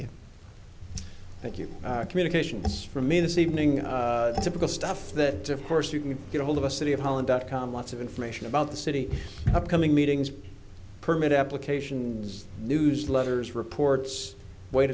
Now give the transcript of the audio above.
you thank you communications for me this evening typical stuff that of course you can get ahold of a city of holland dot com lots of information about the city upcoming meetings permit applications newsletters reports